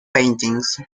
paintings